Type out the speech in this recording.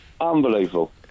Unbelievable